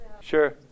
sure